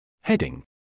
Heading